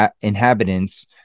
inhabitants